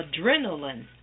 adrenaline